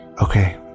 okay